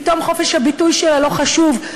פתאום חופש הביטוי שלה לא חשוב,